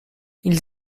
ils